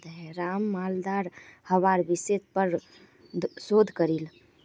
राम मालदार हवार विषयर् पर शोध करील